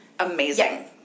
amazing